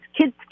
Kids